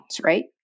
right